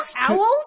owls